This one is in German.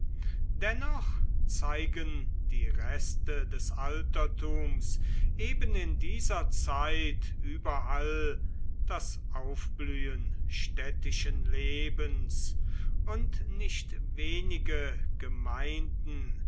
dennoch zeigen die reste des altertums eben in dieser zeit überall das aufblühen städtischen lebens und nicht wenige gemeinden